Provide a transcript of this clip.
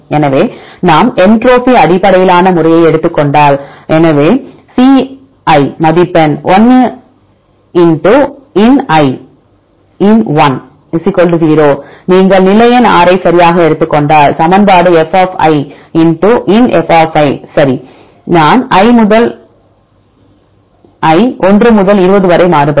எனவே நாம் என்ட்ரோபி அடிப்படையிலான முறையை எடுத்துக் கொண்டால் எனவே c மதிப்பெண் 1 ln 0 நீங்கள் நிலை எண் 6 ஐ சரியாக எடுத்துக் கொண்டால் சமன்பாடு f ln f சரி நான் i 1 முதல் 20 வரை மாறுபடும்